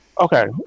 Okay